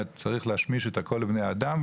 וצריך להשמיש את כל לבני האדם,